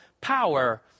power